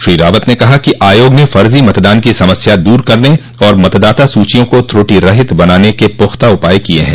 श्री रावत ने कहा कि आयोग ने फर्जो मतदान की समस्या दूर करने और मतदाता सूचियों को त्रुटि रहित बनाने के पुख्ता उपाय किये हैं